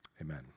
amen